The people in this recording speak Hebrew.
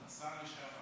השר לשעבר.